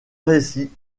récit